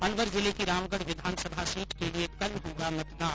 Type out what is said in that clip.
अलवर जिले की रामगढ़ विधानसभा सीट के लिये कल होगा मतदान